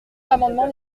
l’amendement